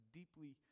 deeply